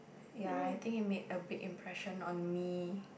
ya I think it made a big impression on me